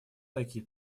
такие